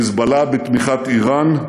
ה"חיזבאללה", בתמיכת איראן,